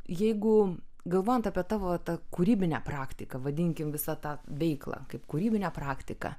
jeigu galvojant apie tavo tą kūrybinę praktiką vadinkim visą tą veiklą kaip kūrybinę praktiką